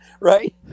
Right